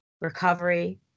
recovery